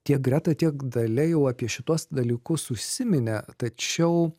tiek greta tiek dalia jau apie šituos dalykus užsiminė tačiau